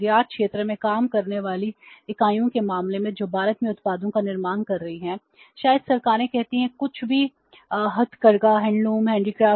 निर्यात क्षेत्र में काम करने वाली इकाइयों के मामले में जो भारत में उत्पादों का निर्माण कर रही हैं शायद सरकारें कहती हैं कुछ भी हथकरघा